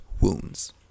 wounds